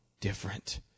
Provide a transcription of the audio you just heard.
different